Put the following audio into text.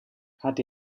hat